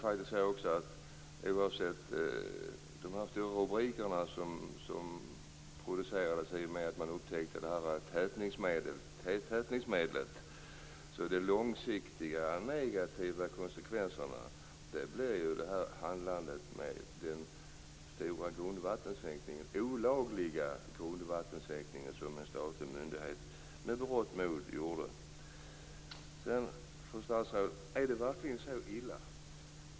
Det producerades stora rubriker i och med att man upptäckte tätningsmedlet, men det är en statlig myndighets handlande med den olagliga grundvattensänkningen som som får de långsiktiga negativa konsekvenserna. Fru statsråd! Är det verkligen så illa?